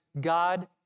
God